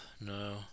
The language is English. No